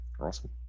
Awesome